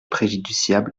préjudiciable